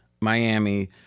Miami